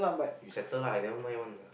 you settle lah aiyah never mind one lah